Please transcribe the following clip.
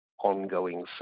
ongoing